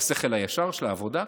בשכל הישר של העבודה כאן?